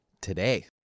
today